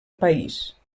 país